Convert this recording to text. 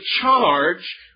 charge